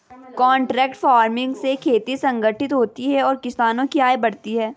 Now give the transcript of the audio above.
contract farming से खेती संगठित होती है और किसानों की आय बढ़ती है